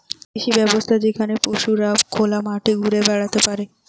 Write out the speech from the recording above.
কৃষি ব্যবস্থা যেখানে পশুরা খোলা মাঠে ঘুরে বেড়াতে পারে